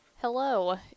Hello